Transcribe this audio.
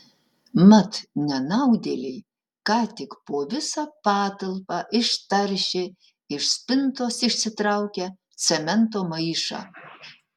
mat nenaudėliai ką tik po visą patalpą ištaršė iš spintos išsitraukę cemento maišą